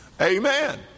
Amen